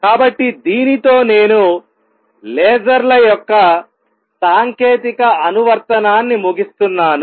కాబట్టి దీనితో నేను లేజర్ల యొక్క సాంకేతిక అనువర్తనాన్ని ముగిస్తున్నాను